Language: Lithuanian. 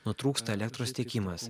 nutrūksta elektros tiekimas